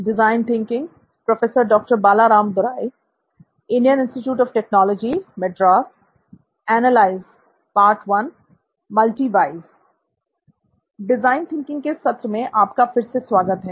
design thinking के सत्र में आपका फिर से स्वागत है